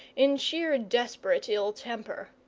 in sheer desperate ill-temper.